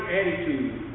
attitude